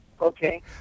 okay